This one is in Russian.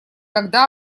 когда